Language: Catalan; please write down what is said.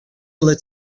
les